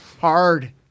hard